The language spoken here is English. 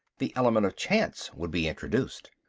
the element of chance would be introduced.